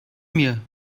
mir